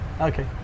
Okay